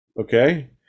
okay